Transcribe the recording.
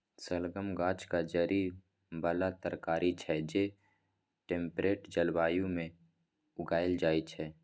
शलगम गाछक जड़ि बला तरकारी छै जे टेम्परेट जलबायु मे उगाएल जाइ छै